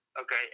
Okay